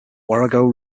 warrego